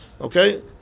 Okay